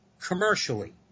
commercially